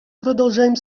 продолжаем